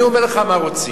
אני אומר לך מה רוצים: